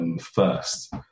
first